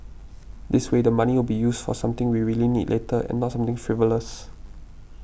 this way the money will be used for something we really need later and not something frivolous